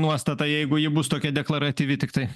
nuostata jeigu ji bus tokia deklaratyvi tiktai